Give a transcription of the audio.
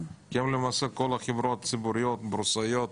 למעשה כל החברות הציבוריות, בורסאיות,